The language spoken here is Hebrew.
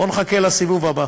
בואו נחכה לסיבוב הבא,